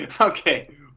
Okay